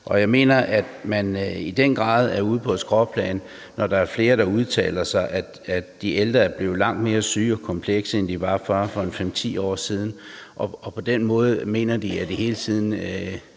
Og jeg mener, at man i den grad er ude på et skråplan, når der er flere, der udtaler, at de ældre er blevet langt mere syge og komplekse at passe, end de var for bare 5-10 år siden, og derfor mener de, at de hele tiden